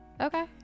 Okay